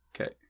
Okay